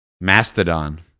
Mastodon